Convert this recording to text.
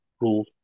rule